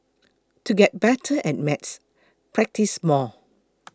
to get better at maths practise more